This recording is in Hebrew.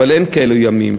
אבל אין כאלו ימים,